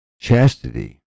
Chastity